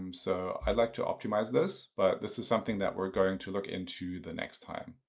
um so i'd like to optimize this, but this is something that we're going to look into the next time.